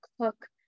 cook